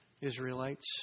Israelites